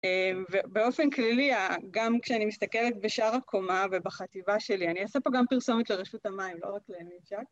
ובאופן כללי, גם כשאני מסתכלת בשאר הקומה ובחטיבה שלי, אני אעשה פה גם פרסומת לרשות המים, לא רק לממשק.